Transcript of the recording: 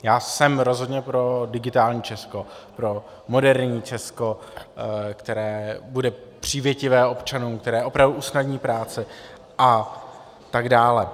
Já jsem rozhodně pro digitální Česko, pro moderní Česko, které bude přívětivé k občanům, které opravdu usnadní práci atd.